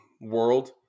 world